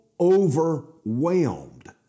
overwhelmed